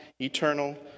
eternal